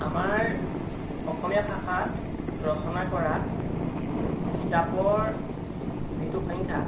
আমাৰ অসমীয়া ভাষাত ৰচনা কৰা কিতাপৰ যিটো সংখ্যা